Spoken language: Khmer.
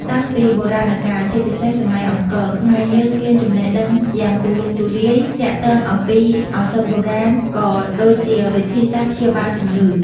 តាំងពីបុរាណកាល ជាពិសេសសម័យអង្គរ ខ្មែរយើងមានចំណេះដឹងយ៉ាងទូលំទូលាយទាក់ទងអំពីឱសថបុរាណ ក៏ដូចជាវិធីសាស្ត្រព្យាបាលជំងឺ។